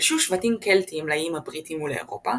פלשו שבטים קלטים לאיים הבריטיים ולאירופה,